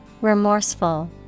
Remorseful